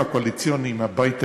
הקואליציוני עם הבית היהודי,